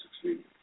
succeed